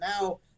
now